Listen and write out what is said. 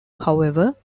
however